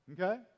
Okay